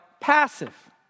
passive